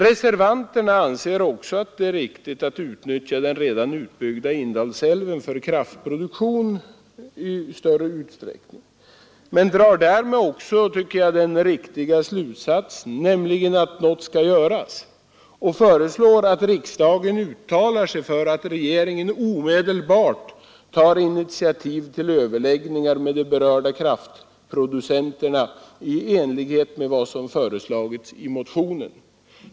Reservanterna anser det riktigt att utnyttja den redan utbyggda Indalsälven för kraftproduktion i större utsträckning och drar därmed också, tycker jag, den riktiga slutsatsen, nämligen att något skall göras, och föreslår att riksdagen uttalar sig för att regeringen omedelbart tar initiativ till överläggningar med de berörda kraftproducenterna i enlighet med vad som föreslagits i motionen.